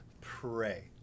pray